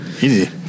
Easy